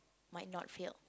might not fail